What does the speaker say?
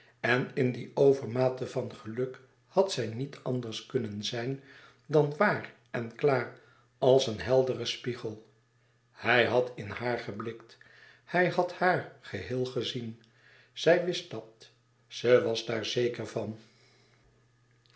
en in die overmate van geluk had zij niet anders kunnen zijn dan waar en klaar als een heldere louis couperus extaze een boek van geluk spiegel hij had in haar geblikt hij had haar geheel gezien zij wist dat ze was daar zeker van